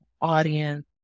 audience